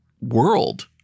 world